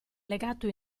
legato